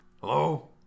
Hello